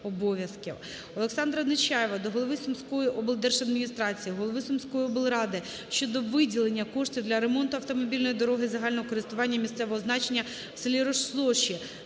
Олександра Нечаєва до голови Сумської облдержадміністрації, голови Сумської обласної ради щодо виділення коштів для ремонту автомобільної дороги загального користування місцевого значення у селі Розсоші